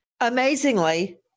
Amazingly